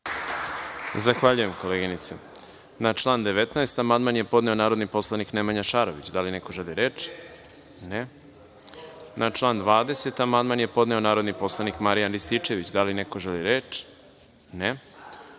Zahvaljujem, koleginice. Na član 19. amandman je podneo narodni poslanik Nemanja Šarović. Da li neko želi reč? (Ne.)Na član 20. amandman je podneo narodni poslanik Marijan Rističević. Da li neko želi reč?